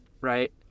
Right